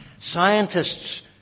scientists